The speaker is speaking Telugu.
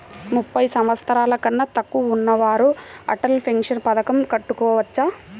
ముప్పై సంవత్సరాలకన్నా తక్కువ ఉన్నవారు అటల్ పెన్షన్ పథకం కట్టుకోవచ్చా?